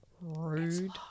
Rude